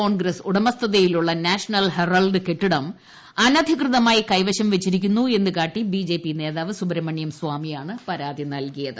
കോൺഗ്രസ് ഉടമസ്ഥതയിലുള്ള National Herald കെട്ടിടം അനധികൃതമായി കൈവശം വച്ചിരിക്കുന്നു എന്നു കാട്ടി ബിജെപി നേതാവ് സുബ്രഹ്മണ്യം സ്വാമിയാണ് പരാതി നല്കിയത്